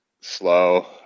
slow